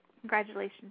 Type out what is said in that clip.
Congratulations